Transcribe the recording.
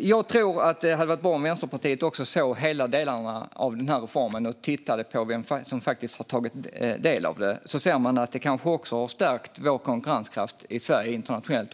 Jag tror att det hade varit bra om Vänsterpartiet också hade sett alla delar av den här reformen och tittat på vem som faktiskt har tagit del av den. Då ser man att den kanske också har stärkt vår konkurrenskraft i Sverige internationellt.